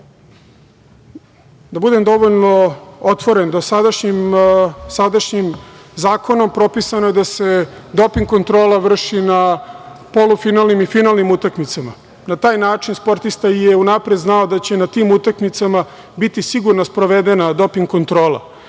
Da budem dovoljno otvoren, dosadašnjim zakonom propisano je da se doping kontrola vrši na polufinalnim i finalnim utakmicama. Na taj način sportista je unapred znao da će na tim utakmicama biti sigurno sprovedena doping kontrola.